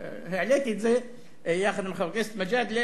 כשהעליתי את זה יחד עם חבר הכנסת מג'אדלה,